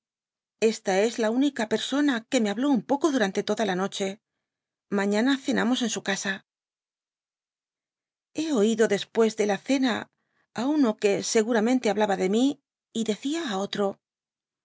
esta es la única persona que dby google me habló un poco dorante la noche maana cenamos en su casa hé oido después de la cena á uno que seguramente hablaba de mí y decía á otro